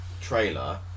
trailer